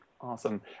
Awesome